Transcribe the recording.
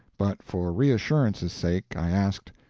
but for reassurance's sake i asked,